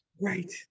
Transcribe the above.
Right